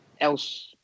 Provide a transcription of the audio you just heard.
else